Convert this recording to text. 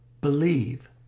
believe